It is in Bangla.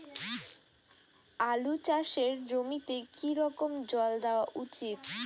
আলু চাষের জমিতে কি রকম জল দেওয়া উচিৎ?